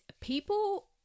people